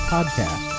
Podcast